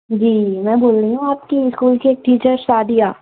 جی میں بول رہی ہوں آپ کی اسکول کی ایک ٹیچر شادیہ